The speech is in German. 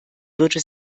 würde